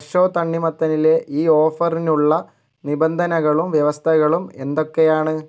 ഫ്രേഷോ തണ്ണിമത്തനിലെ ഈ ഓഫറിനുള്ള നിബന്ധനകളും വ്യവസ്ഥകളും എന്തൊക്കെയാണ്